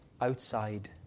outside